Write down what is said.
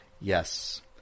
Yes